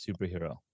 superhero